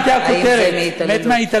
השאלה מה, הייתה הכותרת: מת מההתעללות.